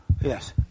Yes